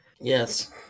Yes